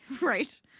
Right